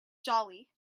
jolly